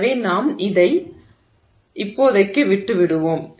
எனவே நாம் அதை இப்போதைக்கு விட்டுவிடுவோம்